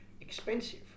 expensive